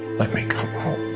let me come home.